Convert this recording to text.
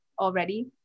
already